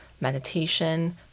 meditation